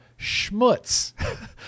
schmutz